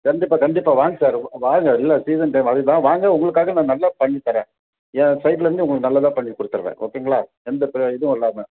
கண்டிப்பாக கண்டிப்பாக வாங்க சார் வாங்க இல்லை சீசன் டைம் அதுக்கு தான் வாங்க உங்களுக்காக நான் நல்லா பண்ணித்தரேன் என் சைடில் இருந்து உங்களுக்கு நல்லதாக பண்ணிக்கொடுத்துடறேன் ஓகேங்களா எந்த பெ இதுவும் இல்லாமல்